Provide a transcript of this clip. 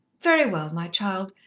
very well, my child.